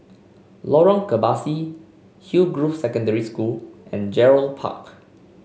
Lorong Kebasi Hillgrove Secondary School and Gerald Park